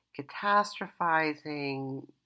catastrophizing